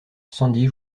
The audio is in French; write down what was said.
sandy